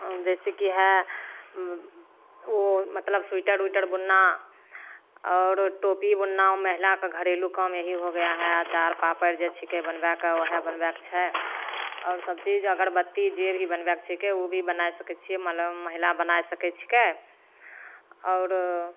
उ जैसे कि हइ ओ मतलब सुइटर उइटर बुनना औरो टोपी बुनना महिलाके घरेलू काम एहीँ हो गया है अँचार पापड़ जे छिकै बनबाय कऽ ओएह बनबयके छै आओर सब चीज अगरबत्ती जे भी बनबयके छिकै उ भी बनाइ सकय छियै मललब महिला बनाइ सकय छिकै औरो